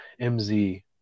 MZ